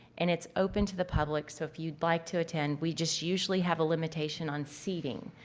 and it's open to the public so if you'd like to attend. we just usually have a limitation on seating.